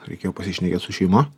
reikėjo pasišnekėt su šeima